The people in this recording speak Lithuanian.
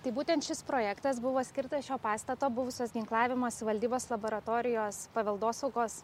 tai būtent šis projektas buvo skirtas šio pastato buvusios ginklavimosi valdybos laboratorijos paveldosaugos